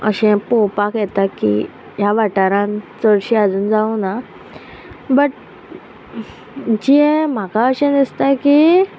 अशें पोवपाक येता की ह्या वाठारांत चडशीं आजून जावना बट जे म्हाका अशें दिसता की